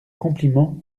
compliment